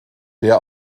der